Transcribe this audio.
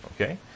Okay